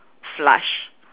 flush